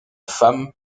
femme